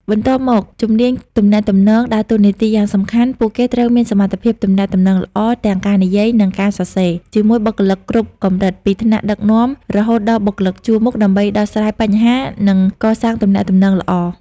បន្ទាប់មក ជំនាញទំនាក់ទំនង ដើរតួនាទីយ៉ាងសំខាន់ ពួកគេត្រូវមានសមត្ថភាពទំនាក់ទំនងល្អ ទាំងការនិយាយ និងការសរសេរ ជាមួយបុគ្គលិកគ្រប់កម្រិត ពីថ្នាក់ដឹកនាំរហូតដល់បុគ្គលិកជួរមុខ ដើម្បីដោះស្រាយបញ្ហា និងកសាងទំនាក់ទំនងល្អ។